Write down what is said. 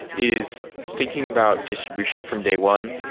is thinking about distribution from day one.